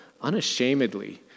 unashamedly